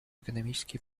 экономические